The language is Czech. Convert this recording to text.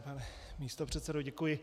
Pane místopředsedo, děkuji.